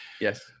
Yes